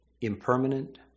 impermanent